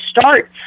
start